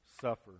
suffer